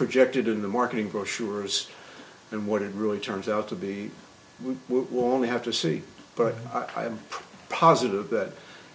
projected in the marketing brochures and what it really turns out to be we will only have to see but i am positive that